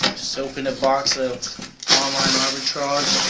just opened a box of online arbitrage,